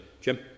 Jim